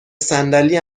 صندلی